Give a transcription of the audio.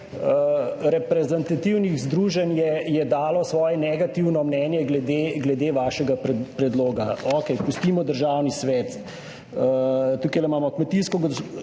reprezentativnih združenj je dalo svoje negativno mnenje glede vašega predloga. Okej, pustimo Državni svet, tukaj imamo